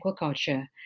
Aquaculture